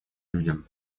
людям